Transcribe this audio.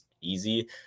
easy